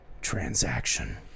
transaction